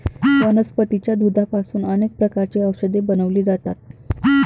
वनस्पतीच्या दुधापासून अनेक प्रकारची औषधे बनवली जातात